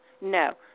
No